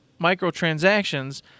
microtransactions